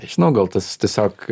nežinau gal tas tiesiog